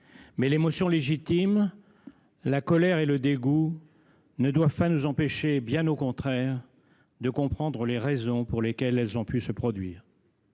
Mais l’émotion légitime, la colère et le dégoût ne doivent pas nous empêcher, bien au contraire, de comprendre les raisons pour lesquelles de telles horreurs ont pu se produire.